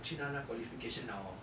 我去拿那 qualification liao hor